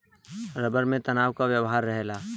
rubber में तनाव क व्यवहार रहेला